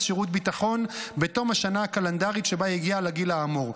שירות ביטחון בתום השנה הקלנדרית שבה הגיע לגיל האמור,